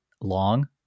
long